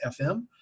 FM